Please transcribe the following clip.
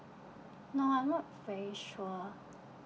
no I'm not very sure